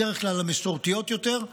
בדרך כלל המסורתיות יותר,